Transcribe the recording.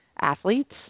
athletes